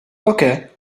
okay